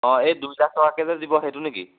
অঁ এই দুটা টকা সৰহকৈ যে দিব সেইটো নেকি